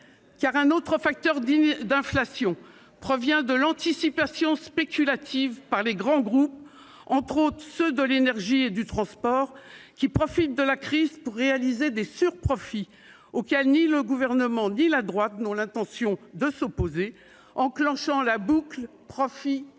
: un autre facteur d'inflation provient de l'anticipation spéculative des grands groupes- entre autres, ceux de l'énergie et du transport -, qui profitent de la crise pour réaliser des surprofits, auxquels ni le Gouvernement ni la droite n'ont l'intention de s'opposer, enclenchant la boucle profits-prix.